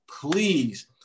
Please